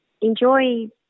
enjoy